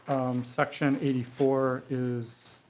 section eighty four is